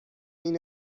این